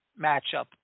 matchup